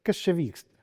kas čia vyksta